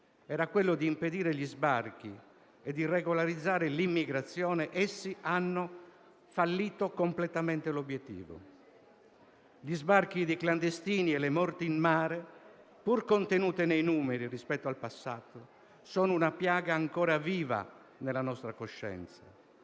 era quello di impedire gli sbarchi e regolarizzare l'immigrazione, essi hanno fallito completamente l'obiettivo. Gli sbarchi dei clandestini e le morti in mare, pur contenuti nei numeri rispetto al passato, sono una piaga ancora viva nella nostra coscienza,